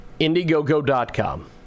indiegogo.com